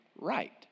right